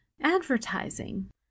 advertising